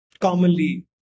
commonly